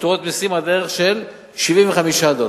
פטורות ממסים עד לערך של 75 דולר.